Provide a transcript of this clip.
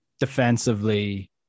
Defensively